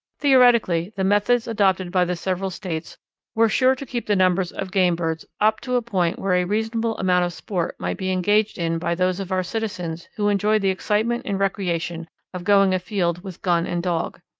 theoretically the methods adopted by the several states were sure to keep the numbers of game birds up to a point where a reasonable amount of sport might be engaged in by those of our citizens who enjoy the excitement and recreation of going afield with gun and dog.